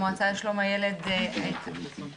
המועצה לשלום הילד הייתה